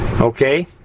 Okay